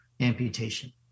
amputation